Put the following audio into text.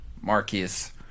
Marcus